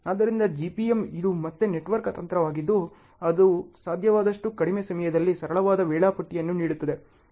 ಆದ್ದರಿಂದ GPM ಇದು ಮತ್ತೆ ನೆಟ್ವರ್ಕ್ ತಂತ್ರವಾಗಿದ್ದು ಅದು ಸಾಧ್ಯವಾದಷ್ಟು ಕಡಿಮೆ ಸಮಯದಲ್ಲಿ ಸರಳವಾದ ವೇಳಾಪಟ್ಟಿಯನ್ನು ನೀಡುತ್ತದೆ